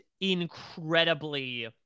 incredibly